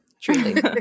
truly